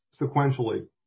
sequentially